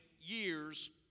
years